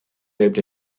lebt